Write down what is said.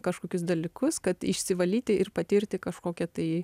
kažkokius dalykus kad išsivalyti ir patirti kažkokią tai